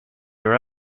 her